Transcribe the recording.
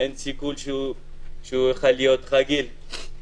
אין סיכוי שהוא יוכל להיות רגיל.